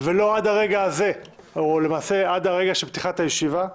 ולא עד הרגע הזה או למעשה עד לרגע פתיחת הישיבה,